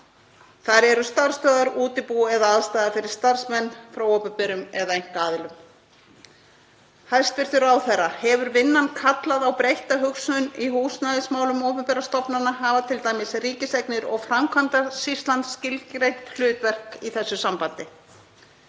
Þar eru starfsstöðvar, útibú eða aðstaða fyrir starfsmenn frá opinberum aðilum eða einkaaðilum. Hæstv. ráðherra. Hefur vinnan kallað á breytta hugsun í húsnæðismálum opinberra stofnana? Hafa t.d. Ríkiseignir og Framkvæmdasýslan skilgreint hlutverk í þessu sambandi?